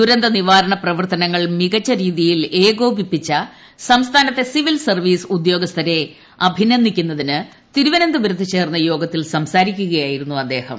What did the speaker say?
ദുരന്ത നിവാരണ പ്രവർത്തനങ്ങൾ മികച്ച രീതിയിൽ ഏകോപ്പിപ്പിച്ച സംസ്ഥാനത്തെ സിവിൽ സർവീസ് ഉദ്യോഗസ്ഥരെ അഭീന്ദ്ദിക്കുന്നതിന് തിരുവനന്തപുരത്ത് ചേർന്ന യോഗത്തിൽ സംസാരിക്കുകയായിരുന്നു അദ്ദേഹം